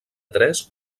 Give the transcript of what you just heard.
tres